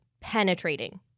penetrating